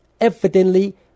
evidently